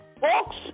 books